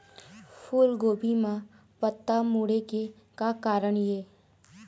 फूलगोभी म पत्ता मुड़े के का कारण ये?